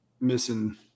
Missing